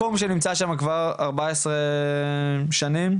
מקום שנמצא שם כבר ארבע עשרה שנים,